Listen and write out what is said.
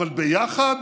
אבל ביחד?